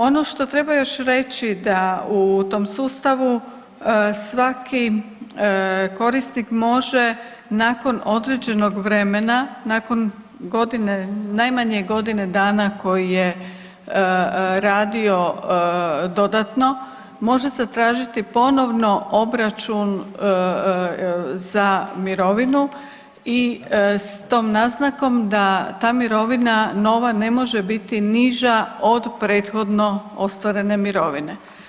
Ono što treba još reći da u tom sustavu svaki korisnik može nakon određenog vremena nakon najmanje godine dana koji je radio dodatno može zatražiti ponovno obračun za mirovinu i s tom naznakom da ta mirovina nova ne može biti niža od prethodno ostvarene mirovine.